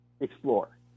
explore